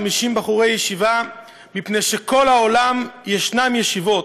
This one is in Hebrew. בחורי ישיבה מפני שבכל העולם ישנן ישיבות,